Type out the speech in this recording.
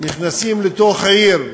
נכנסים לתוך העיר,